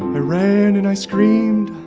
i ran, and i screamed.